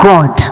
God